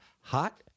hot